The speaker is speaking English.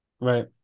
Right